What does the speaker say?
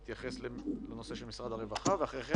לילדים הוא נושא חשוב מבחינתנו כמשרד אוצר.